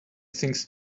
things